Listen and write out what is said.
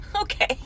Okay